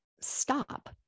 stop